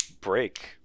break